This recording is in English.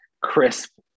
crisp